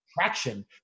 traction